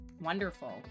Wonderful